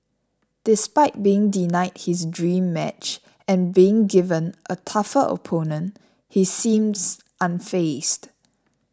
despite being denied his dream match and being given a tougher opponent he seems unfazed